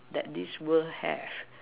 that this world has